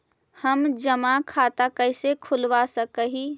हम जमा खाता कैसे खुलवा सक ही?